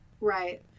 right